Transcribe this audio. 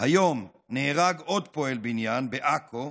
היום נהרג עוד פועל בניין בעכו,